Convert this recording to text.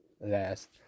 last